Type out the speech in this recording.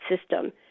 system